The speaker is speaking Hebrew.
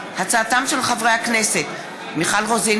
בהצעתם של חברי הכנסת מיכל רוזין,